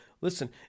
Listen